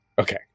Okay